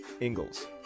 Ingalls